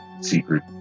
secret